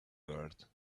word